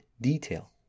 detail